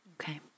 Okay